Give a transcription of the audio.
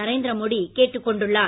நரேந்திர மோடி கேட்டுக் கொண்டுள்ளார்